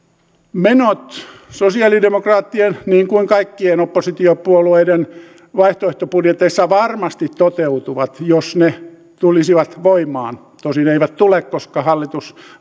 menot sosialidemokraattien niin kuin kaikkien oppositiopuolueiden vaihtoehtobudjeteissa varmasti toteutuvat jos ne tulisivat voimaan tosin eivät tule koska